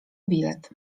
bilet